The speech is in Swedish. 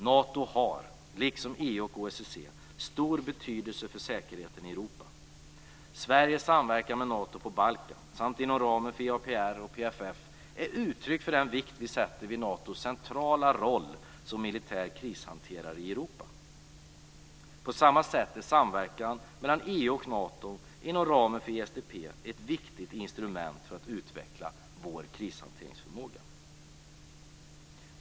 Nato har, liksom EU och OSSE, stor betydelse för säkerheten i Europa. Sveriges samverkan med Nato på Balkan, samt inom ramen för EAPR och PFF, är uttryck för den vikt vi fäster vid Natos centrala roll som militär krishanterare i Europa. På samma sätt är samverkan mellan EU och Nato inom ramen för ESDP ett viktigt instrument för att utveckla vår krishanteringsförmåga.